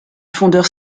fondeur